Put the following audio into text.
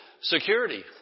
security